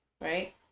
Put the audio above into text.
right